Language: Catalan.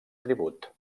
tribut